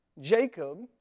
Jacob